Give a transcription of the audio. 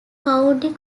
county